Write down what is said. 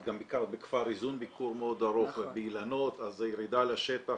את גם ביקרת בכפר איזון ביקור מאוד ארוך ובאילנות אז הירידה לשטח